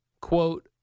quote